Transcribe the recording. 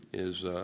is